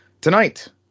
Tonight